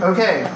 Okay